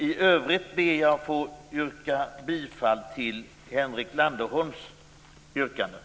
I övrigt ber jag att få yrka bifall till Henrik Landerholms yrkanden.